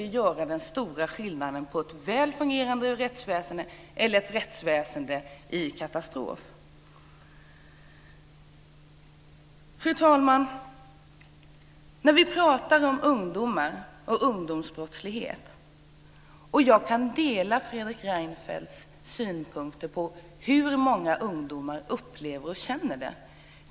Man säger att dessa hundra miljoner skulle vara skillnaden mellan ett väl fungerande rättsväsende och ett rättsväsende i katastrof. Fru talman! Vi pratar om ungdomar och ungdomsbrottslighet. Jag kan dela Fredrik Reinfeldts synpunkter när det gäller vad många ungdomar upplever och känner.